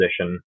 position